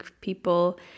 people